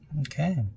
Okay